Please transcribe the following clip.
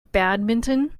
badminton